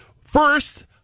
First